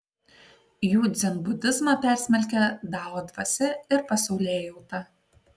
jų dzenbudizmą persmelkia dao dvasia ir pasaulėjauta